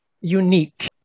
unique